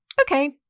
okay